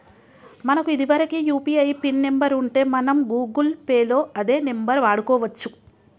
మనకు ఇదివరకే UPI pin number ఉంటే మనం గూగుల్ పే లో అదే నెంబర్ వాడుకోవచ్చు